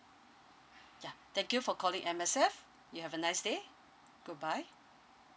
ya thank you for calling M_S_F you have a nice day bye bye